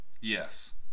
Yes